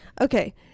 Okay